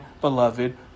beloved